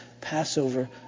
Passover